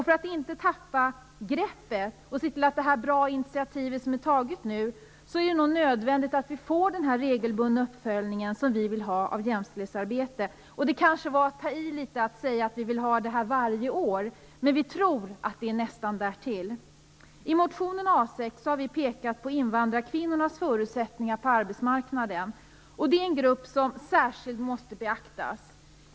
För att inte tappa greppet om det goda initiativ som har tagits är det nog nödvändigt att vi får den regelbundna uppföljning av jämställdhetsarbetet som vi vill ha. Det kanske var att ta i litet grand att säga att vi vill att det skall ske varje år - men näst intill tror vi vore bra. I motion A6 har vi pekat på invandrarkvinnornas förutsättningar på arbetsmarknaden. Det är en grupp som särskilt måste beaktas.